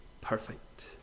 perfect